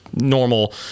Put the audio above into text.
normal